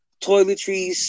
toiletries